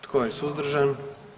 Tko je suzdržan?